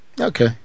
Okay